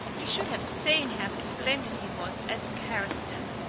you should have seen how splendid he was as carriston.